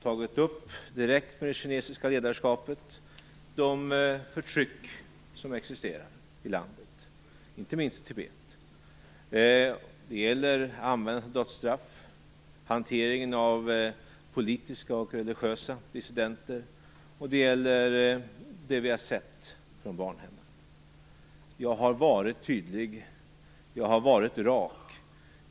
Jag har direkt med det kinesiska ledarskapet tagit upp det förtryck som existerar i landet, inte minst i Tibet. Det gäller användandet av dödsstraff, hanteringen av politiska och religiösa dissidenter och det vi har sett ifrån barnhemmen. Jag har varit tydlig. Jag har varit rak.